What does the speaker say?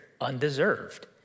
undeserved